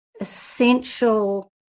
essential